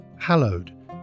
hallowed